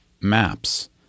maps